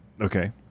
Okay